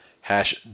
Hash